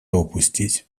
упустить